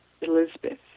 Elizabeth